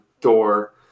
door